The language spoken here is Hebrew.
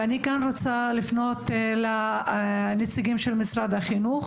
אני כאן רוצה לפנות לנציגים של משרד החינוך